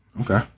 Okay